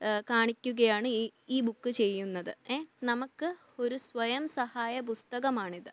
കാണിക്കുകയാണ് ഇ ഈ ബുക്ക് ചെയ്യുന്നത് നമുക്ക് ഒരു സ്വയം സഹായ പുസ്തകമാണിത്